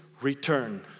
return